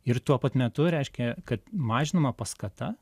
ir tuo pat metu reiškia kad mažinama paskata